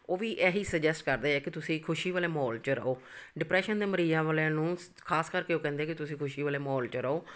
ਉਹ ਵੀ ਇਹੀ ਸਜੈਸਟ ਕਰਦੇ ਹੈ ਕਿ ਤੁਸੀਂ ਖੁਸ਼ੀ ਵਾਲੇ ਮਾਹੌਲ 'ਚ ਰਹੋ ਡਿਪਰੈਸ਼ਨ ਦੇ ਮਰੀਜ਼ਾਂ ਵਾਲਿਆਂ ਨੂੰ ਸ ਖਾਸ ਕਰਕੇ ਉਹ ਕਹਿੰਦੇ ਕਿ ਤੁਸੀਂ ਖੁਸ਼ੀ ਵਾਲੇ ਮਾਹੌਲ 'ਚ ਰਹੋ